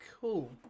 Cool